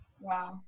Wow